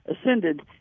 ascended